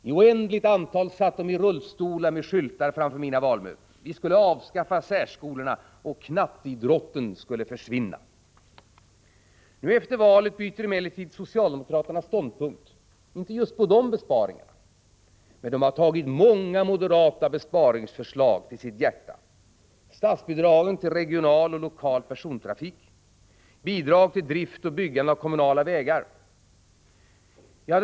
Ett oändligt antal rullstolsbundna med skyltar satt framför mig på våra valmöten. Vi moderater skulle avskaffa särskolorna, och knatteidrotten skulle försvinna, hette det. Nu, efter valet, byter emellertid socialdemokraterna ståndpunkt. Det kanske inte gäller just dessa besparingar, men socialdemokraterna har tagit många andra moderata besparingsförslag till sitt hjärta. Statsbidragen till regional och lokal persontrafik och bidraget till drift och byggande av kommunala vägar är några exempel.